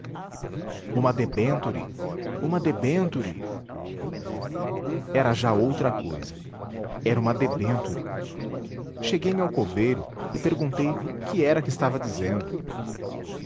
uma debenture uma debenture era já outra cousa era uma debenture cheguei-me ao coveiro e perguntei que era que estava dizendo